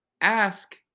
ask